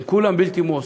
הם כולם בלתי מועסקים.